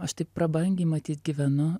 aš taip prabangiai matyt gyvenu